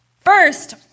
First